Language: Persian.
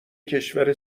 کشور